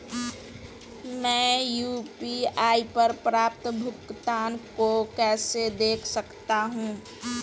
मैं यू.पी.आई पर प्राप्त भुगतान को कैसे देख सकता हूं?